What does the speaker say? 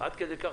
עד כדי כך,